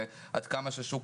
עד כמה ששוק